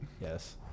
Yes